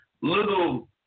little